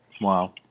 wow